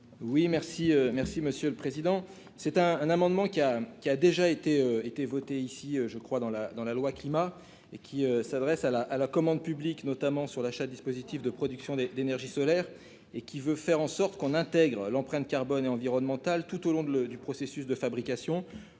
Oui, merci, merci Monsieur le Président, c'est un amendement qui a, qui a déjà été été voté ici je crois dans la dans la loi climat et qui s'adresse à la à la commande publique, notamment sur l'achat, dispositif de production des d'énergie solaire et qui veut faire en sorte qu'on intègre l'empreinte carbone et environnemental tout au long de le du processus de fabrication